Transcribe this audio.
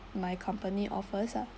my company offers ah